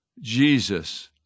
jesus